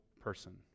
person